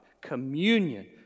Communion